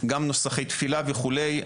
גם נוסחי תפילה, וכו'.